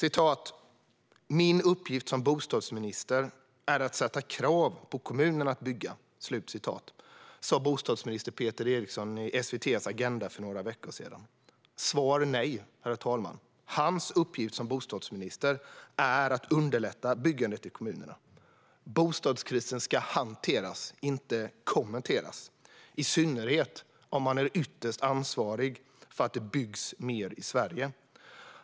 "Min uppgift som bostadsminister är att sätta krav på kommunerna att bygga", sa bostadsminister Peter Eriksson i SVT:s Agenda för några veckor sedan. Nej, hans uppgift som bostadsminister är att underlätta byggandet i kommunerna. Bostadskrisen ska hanteras, inte kommenteras, i synnerhet om man är ytterst ansvarig för att det byggs mer i Sverige.